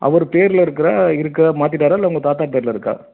அவர் பேரில் இருக்கிற இருக்கா மாற்றிட்டாரா இல்லை உங்கள் தாத்தா பேரில் இருக்கா